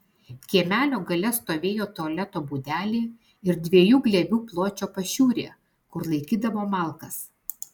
kiemelio gale stovėjo tualeto būdelė ir dviejų glėbių pločio pašiūrė kur laikydavo malkas